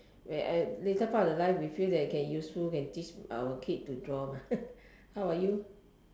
where at later part of the life we feel that can useful can teach our kid to draw mah how about you